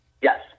Yes